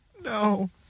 No